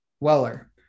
Weller